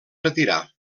retirar